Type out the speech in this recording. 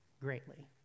greatly